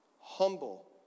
Humble